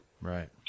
Right